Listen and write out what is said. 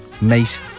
Mate